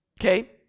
okay